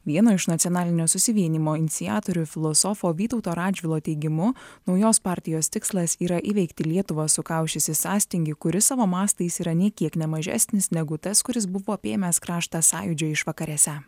vieno iš nacionalinio susivienijimo iniciatorių filosofo vytauto radžvilo teigimu naujos partijos tikslas yra įveikti lietuvą sukausčiusį sąstingį kuris savo mastais yra nė kiek ne mažesnis negu tas kuris buvo apėmęs kraštą sąjūdžio išvakarėse